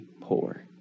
poor